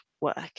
work